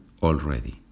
already